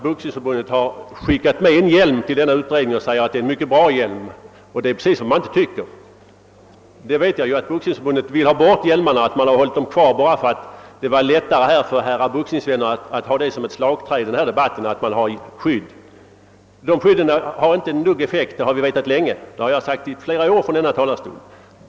Boxningsförbundet har skickat en hjälm till utredningen och förklarat att den är mycket bra, men jag vet att Boxningsförbundet inte tycker det. Där vill man ha bort hjälmarna. Man har dem kvar bara därför att det då är lättare för herrar boxningsvänner att använda dem som slagträ i debatten. Men sådana huvudskydd har inte någon som helst effekt. Det har vi vetat sedan länge, och jag har också sagt det under flera år från denna talarstol.